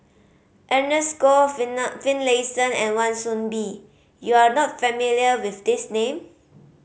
Ernest Goh Finlayson and Wan Soon Bee you are not familiar with these name